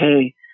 Hey